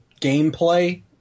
gameplay